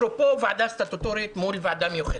אפרופו ועדה סטטוטורית מול ועדה מיוחדת,